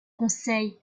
conseil